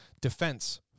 defense